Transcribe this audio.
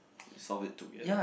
solve it together